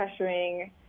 pressuring